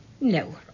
No